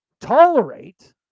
tolerate